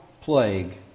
plague